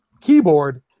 keyboard